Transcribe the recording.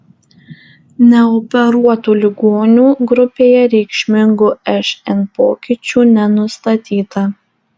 neoperuotų ligonių grupėje reikšmingų šn pokyčių nenustatyta